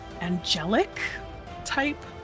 angelic-type